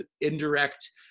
indirect